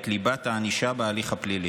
ליבת הענישה בהליך הפלילי.